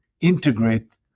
integrate